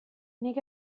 nik